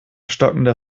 stockender